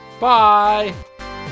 Bye